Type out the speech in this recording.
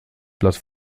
blatt